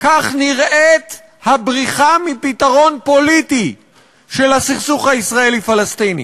כך נראית הבריחה מפתרון פוליטי של הסכסוך הישראלי פלסטיני,